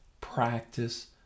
practice